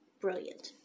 brilliant